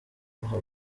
amuha